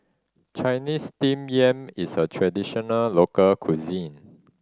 Chinese Steamed Yam is a traditional local cuisine